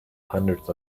hundreds